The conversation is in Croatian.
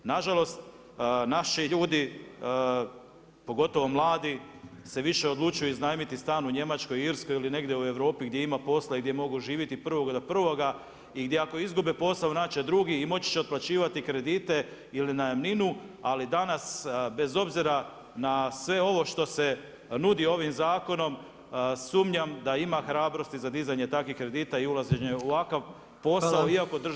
Nažalost naši ljudi pogotovo mladi se više odlučuju iznajmiti stan u Njemačkoj, Irskoj ili negdje u Europi gdje ima posla i gdje mogu živiti od 1. do 1., i gdje ako izgube posao, naći će drugi i moći će otplaćivati kredite ili najamninu, ali danas bez obzira na sve ovo što se nudi ovim zakonom, sumnjam da ima hrabrosti za dizanjem takvih kredita i ulaženja u ovakav posao iako država želi pomoći.